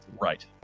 Right